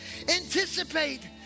Anticipate